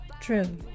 True